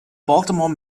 baltimore